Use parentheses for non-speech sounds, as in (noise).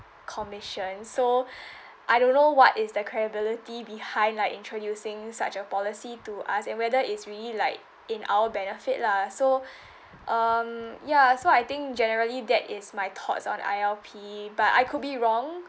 commission so (breath) I don't know what is their credibility behind like introducing such a policy to us and whether it's really like in our benefit lah so (breath) um ya so I think generally that is my thoughts on I_L_P but I could be wrong